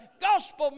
gospel